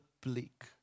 bleak